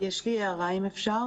יש לי הערה אם אפשר.